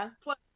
plus